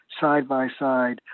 side-by-side